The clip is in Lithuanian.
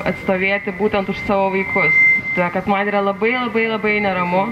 atstovėti būtent už savo vaikus todėl kad man yra labai labai labai neramu